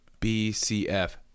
BCF